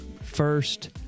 First